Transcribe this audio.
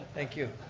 thank you.